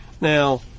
Now